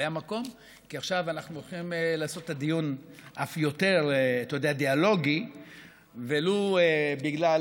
עכשיו אנחנו נוכל לעשות את הדיון אף יותר דיאלוגי ולו בגלל